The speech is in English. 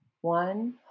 one